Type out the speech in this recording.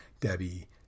Debbie